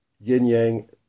yin-yang